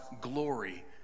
glory